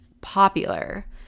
popular